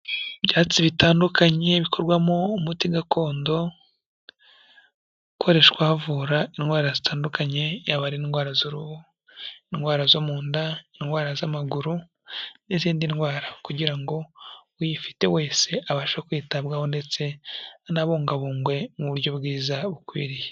Ibyatsi bitandukanye bikorwamo umuti gakondo, ukoreshwa bavura indwara zitandukanye yaba ari indwara z'uru, indwara zo mu nda, indwara z'amaguru n'izindi ndwara kugira ngo uyifite wese abashe kwitabwaho ndetse anabungabungwe mu buryo bwiza bukwiriye.